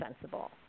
sensible